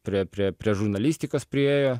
prie prie prie žurnalistikos priėjo